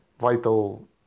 vital